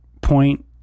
point